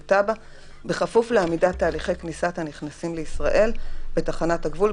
"טאבה" בכפוף לעמידת תהליכי כניסת הנכנסים לישראל בתחנת הגבול,